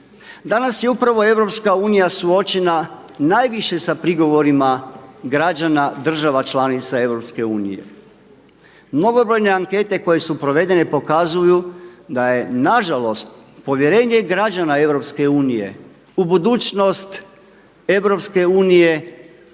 Danas je upravo EU suočena najviše sa prigovorima građana država članica EU. Mnogobrojne ankete koje su provedene pokazuju da je nažalost povjerenje građana EU u budućnost EU